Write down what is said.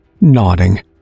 nodding